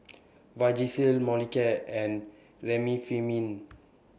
Vagisil Molicare and Remifemin